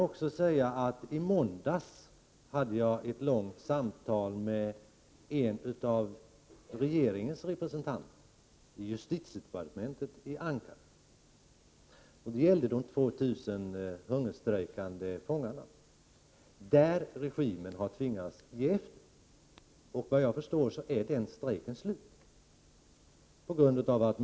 I måndags hade jag ett långt samtal med en av regeringens representanter, en man i justitiedepartementet i Ankara. Det gällde de 2 000 hungerstrejkande fångarna. I detta fall har regimen tvingats ge efter, och enligt vad jag förstår är strejken slut.